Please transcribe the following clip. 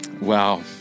wow